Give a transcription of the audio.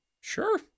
Sure